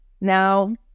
now